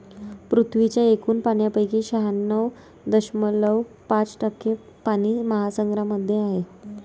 पृथ्वीच्या एकूण पाण्यापैकी शहाण्णव दशमलव पाच टक्के पाणी महासागरांमध्ये आहे